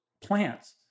plants